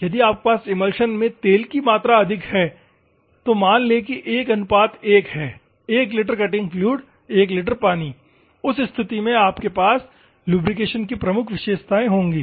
यदि आपके पास इमल्शन में तेल की मात्रा अधिक है तो मान लें कि 11 है 1 लीटर कटिंग फ्लूइड 1 लीटर पानी उस स्थिति में आपके पास लुब्रिकेशन की प्रमुख विशेषताएं होंगी